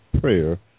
prayer